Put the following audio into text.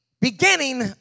beginning